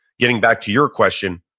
getting back to your question,